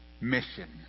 mission